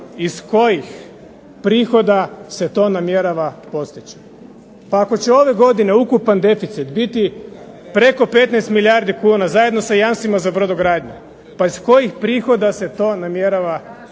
iz kojih prihoda se to namjerava postići? Pa ako će ove godine ukupan deficit biti preko 15 milijardi kuna zajedno sa jamstvima za brodogradnju, pa iz kojih prihoda se to namjerava, iz